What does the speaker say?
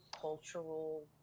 cultural